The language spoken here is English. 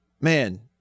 man